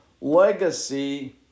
legacy